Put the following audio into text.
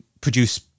produce